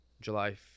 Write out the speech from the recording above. July